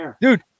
Dude